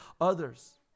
others